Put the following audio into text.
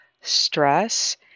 stress